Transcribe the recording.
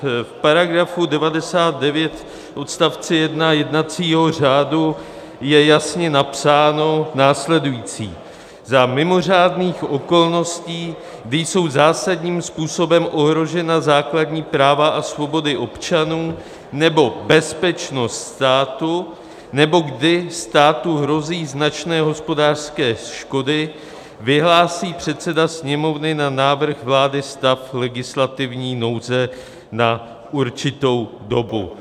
V § 99 odst. 1 jednacího řádu je jasně napsáno následující: Za mimořádných okolností, kdy jsou zásadním způsobem ohrožena základní práva a svobody občanů nebo bezpečnost státu nebo kdy státu hrozí značné hospodářské škody, vyhlásí předseda Sněmovny na návrh vlády stav legislativní nouze na určitou dobu.